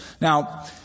Now